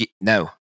No